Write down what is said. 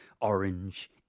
orange